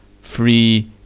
Free